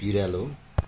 बिरालो